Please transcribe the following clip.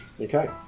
Okay